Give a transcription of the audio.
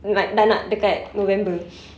like dah nak dekat november